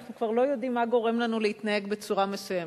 ואנחנו כבר לא יודעים מה גורם לנו להתנהג בצורה מסוימת.